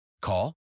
Call